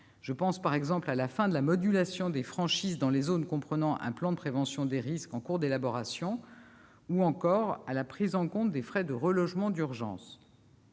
Je pense, par exemple, à la fin de la modulation des franchises dans les zones comprenant un plan de prévention des risques en cours d'élaboration ou encore à la prise en compte des frais de relogement d'urgence.